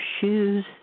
shoes